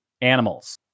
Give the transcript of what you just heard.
animals